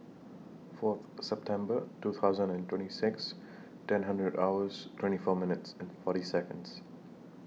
four September two thousand and twenty six ten hundred hours twenty four minutes and forty Seconds